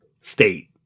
state